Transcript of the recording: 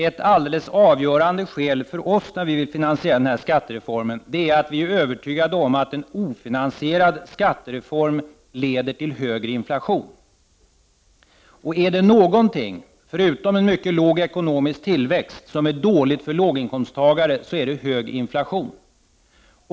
Ett alldeles avgörande skäl för oss när vi vill finansiera denna skattereform är att vi är övertygade om att en ofinansierad skattereform leder till högre inflation. Om det är något förutom en mycket låg ekonomisk tillväxt som är dåligt för låginkomsttagarna, är det hög inflation.